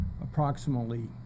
approximately